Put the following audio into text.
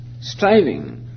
striving